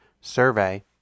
survey